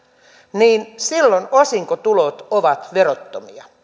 niin silloin osinkotulot ovat verottomia